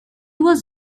was